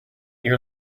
your